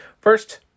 First